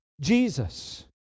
Jesus